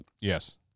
Yes